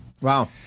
Wow